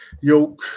York